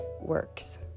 works